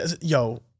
yo